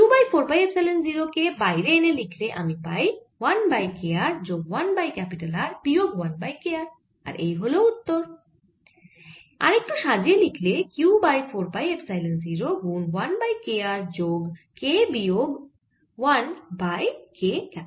Q by 4 pi epsilon 0 কে বাইরে এনে লিখলে আমরা পাই 1 বাই k r যোগ 1 বাই R বিয়োগ 1 বাই k R আর এই হল উত্তর আরেকটু সাজিয়ে লিখলে Q বাই 4 পাই এপসাইলন 0 গুন 1 বাই k r যোগ k বিয়োগ 1 বাই k R